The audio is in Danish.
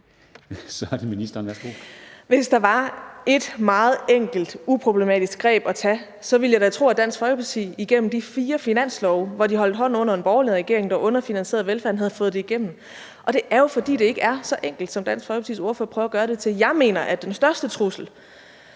(Astrid Krag): Hvis der var ét meget enkelt uproblematisk greb at tage, ville jeg da tro, at Dansk Folkeparti gennem de fire finanslove, hvor de holdt hånden under en borgerlig regering, der underfinansierede velfærden, havde fået det igennem. Og det er jo, fordi det ikke er så enkelt, som Dansk Folkepartis ordfører prøver at gøre det til. Jeg mener, at den største trussel